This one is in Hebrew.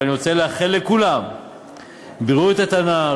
ואני רוצה לאחל לכולם בריאות איתנה,